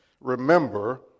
remember